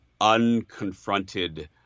unconfronted